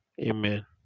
Amen